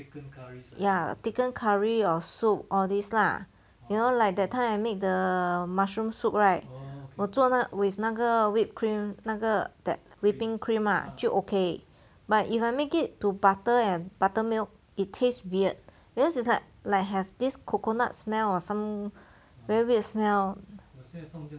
ya thicken curry or soup all this lah you know like that time I make the mushroom soup right 我做那 with 那个 whip cream 那个 that whipping cream ah 就 okay but if I make it to butter and buttermilk it taste weird because it's like like have this coconut smell or some very weird smell